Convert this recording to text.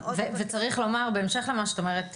וצריך לומר בהמשך למה שאת אומרת,